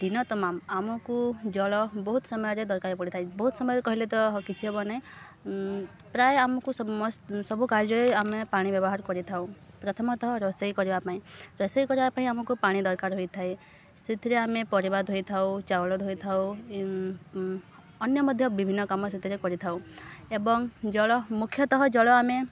ଦିନତମାମ ଆମକୁ ଜଳ ବହୁତ ସମୟରେ ଦରକାର ପଡ଼ିଥାଏ ବହୁତ ସମୟରେ କହିଲେ ତ କିଛି ହବ ନାହିଁ ପ୍ରାୟ ଆମକୁ ସମସ୍ତ ସବୁ କାର୍ଯ୍ୟରେ ଆମେ ପାଣି ବ୍ୟବହାର କରିଥାଉ ପ୍ରଥମତଃ ରୋଷେଇ କରିବା ପାଇଁ ରୋଷେଇ କରିବା ପାଇଁ ଆମକୁ ପାଣି ଦରକାର ହୋଇଥାଏ ସେଥିରେ ଆମେ ପରିବା ଧୋଇଥାଉ ଚାଉଳ ଧୋଇଥାଉ ଅନ୍ୟ ମଧ୍ୟ ବିଭିନ୍ନ କାମ ସେଥିରେ କରିଥାଉ ଏବଂ ଜଳ ମୁଖ୍ୟତଃ ଜଳ ଆମେ